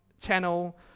Channel